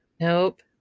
Nope